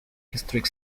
historic